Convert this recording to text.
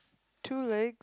two leg